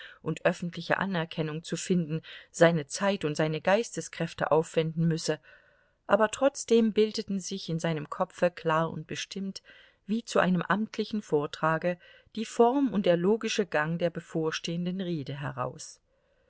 und öffentliche anerkennung zu finden seine zeit und seine geisteskräfte aufwenden müsse aber trotzdem bildeten sich in seinem kopfe klar und bestimmt wie zu einem amtlichen vortrage die form und der logische gang der bevorstehenden rede heraus